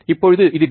இப்போது இது டி